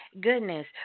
goodness